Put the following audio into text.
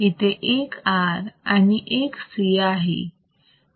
इथे एक R आणि एक C आहे